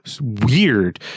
weird